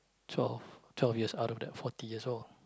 twelve twelve years out of that forty years old